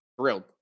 Thrilled